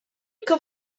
que